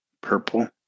purple